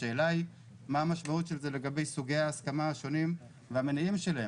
השאלה היא מה המשמעות של זה לגבי סוגי ההסכמה השונים והמניעים שלהם.